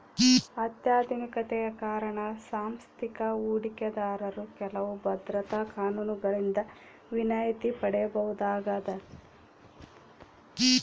ಅತ್ಯಾಧುನಿಕತೆಯ ಕಾರಣ ಸಾಂಸ್ಥಿಕ ಹೂಡಿಕೆದಾರರು ಕೆಲವು ಭದ್ರತಾ ಕಾನೂನುಗಳಿಂದ ವಿನಾಯಿತಿ ಪಡೆಯಬಹುದಾಗದ